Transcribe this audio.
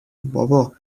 بابا